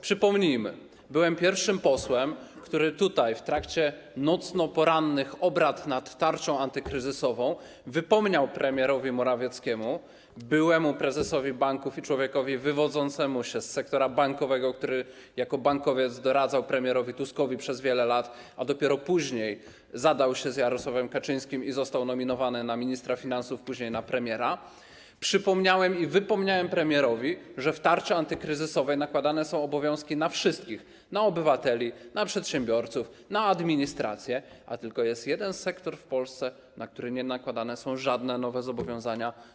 Przypomnijmy: byłem pierwszym posłem, który tutaj w trakcie nocno-porannych obrad nad tarczą antykryzysową wypomniał premierowi Morawieckiemu, byłemu prezesowi banków i człowiekowi wywodzącemu się z sektora bankowego, który jako bankowiec przez wiele lat doradzał premierowi Tuskowi, a dopiero później zadał się z Jarosławem Kaczyńskim i został nominowany na ministra finansów, później na premiera, przypomniałem i wypomniałem premierowi, że w tarczy antykryzysowej nakładane są obowiązki na wszystkich: na obywateli, na przedsiębiorców, na administrację, a jest tylko jeden sektor w Polsce, na który nie są nakładane żadne nowe zobowiązania.